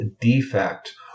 defect